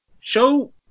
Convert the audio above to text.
show